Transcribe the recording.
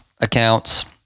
accounts